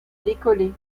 décoller